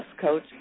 coach